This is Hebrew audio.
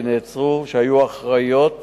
שהיו אחראיות